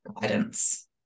guidance